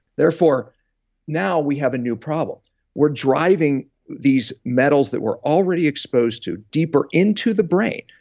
therefore now we have a new problem we're driving these metals that we're already exposed to deeper into the brain.